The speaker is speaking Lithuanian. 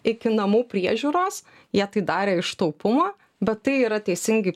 iki namų priežiūros jie tai darė iš taupumo bet tai yra teisingi